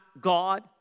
God